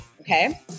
Okay